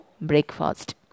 breakfast